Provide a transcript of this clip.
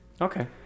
Okay